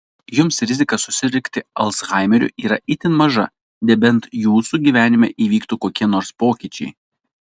jums rizika susirgti alzhaimeriu yra itin maža nebent jūsų gyvenime įvyktų kokie nors pokyčiai